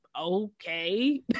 okay